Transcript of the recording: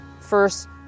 first